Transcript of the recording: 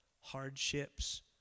hardships